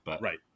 Right